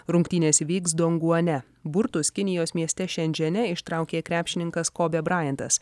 rungtynės vyks donguone burtus kinijos mieste šendžene ištraukė krepšininkas kobė brajentas